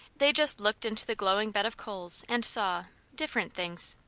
they just looked into the glowing bed of coals and saw different things!